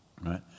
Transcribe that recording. Right